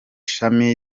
shami